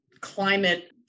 climate